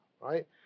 right